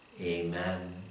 Amen